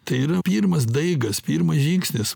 tai yra pirmas daigas pirmas žingsnis